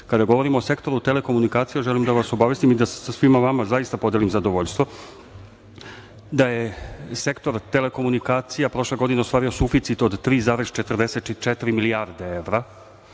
govorimo o sektoru telekomunikacija, želim da vas obavestim i da sa svima vama podelim zadovoljstvo da je sektor telekomunikacija prošle godine ostvario suficit od 3,44 milijarde evra.